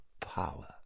power